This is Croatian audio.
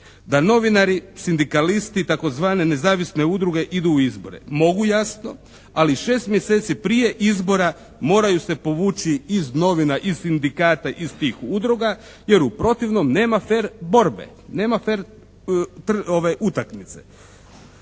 da novinari, sindikalisti, tzv. nezavisne udruge idu u izbore. Mogu jasno, ali 6 mjeseci prije izbora moraju se povući iz novina, iz sindikata, iz tih udruga jer u protivnom nema fer borbe. Nema fer utakmice.